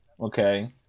Okay